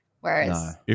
Whereas